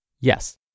Yes